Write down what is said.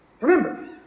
Remember